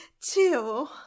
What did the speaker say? two